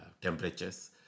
temperatures